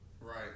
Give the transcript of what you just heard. Right